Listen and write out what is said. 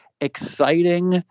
exciting